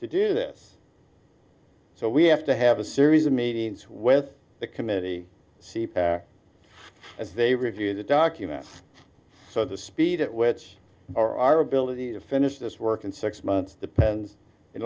to do this so we have to have a series of meetings with the committee as they review the document so the speed at which are our ability to finish this work in six months depends